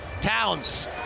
Towns